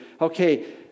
okay